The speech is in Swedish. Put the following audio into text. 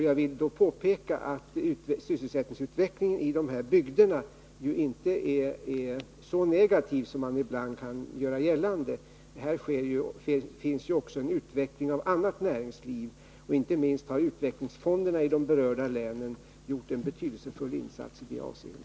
Jag vill påpeka att sysselsättningsutvecklingen i de här bygderna inte är så negativ som man ibland gör gällande. Här förekommer ju också en utveckling av annat näringsliv. Inte minst har utvecklingsfonderna i de berörda länen gjort en betydelsefull insats i det avseendet.